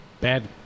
Bad